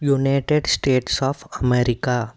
United States of America